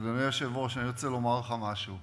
אדוני היושב-ראש, אני רוצה לומר לך משהו.